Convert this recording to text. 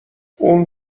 اون